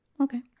okay